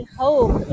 hope